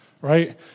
right